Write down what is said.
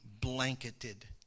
blanketed